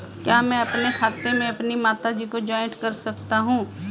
क्या मैं अपने खाते में अपनी माता जी को जॉइंट कर सकता हूँ?